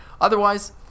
Otherwise